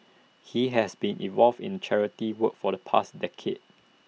he has been involved in charity work for the past decade